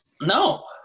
No